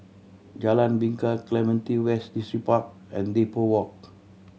Jalan Bingka Clementi West Distripark and Depot Walk